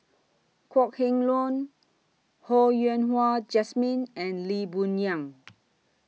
Kok Heng Leun Ho Yen Wah Jesmine and Lee Boon Yang